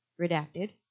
redacted